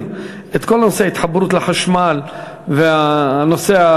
את כל נושא ההתחברות לחשמל ואת נושא,